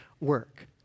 work